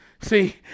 See